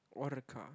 orca